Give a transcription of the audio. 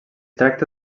tracta